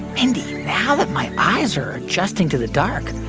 mindy, now that my eyes are adjusting to the dark,